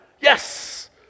Yes